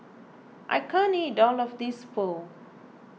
I can't eat all of this Pho